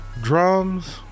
drums